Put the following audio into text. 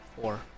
four